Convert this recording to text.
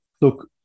look